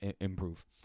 improve